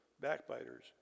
backbiters